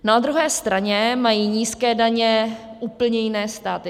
Na druhé straně mají nízké daně jiné státy.